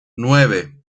nueve